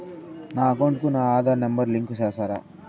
నా అకౌంట్ కు నా ఆధార్ నెంబర్ లింకు చేసారా